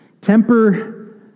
temper